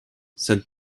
said